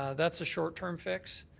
ah that's a short-term fix.